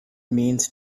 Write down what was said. means